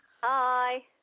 hi